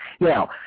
Now